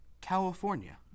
California